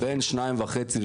שנייה, בין 2.5 ל-3.